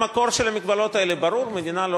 המקור של המגבלות האלה ברור: המדינה לא